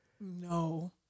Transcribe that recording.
No